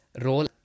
role